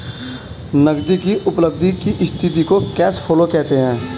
नगदी की उपलब्धि की स्थिति को कैश फ्लो कहते हैं